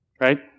Right